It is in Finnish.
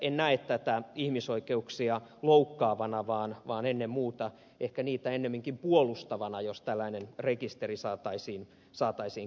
en näe tätä ihmisoikeuksia loukkaavana vaan ennen muuta ehkä niitä ennemminkin puolustavana jos tällainen rekisteri saataisiin käyttöön